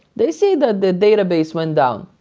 they say that the database went down,